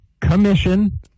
Commission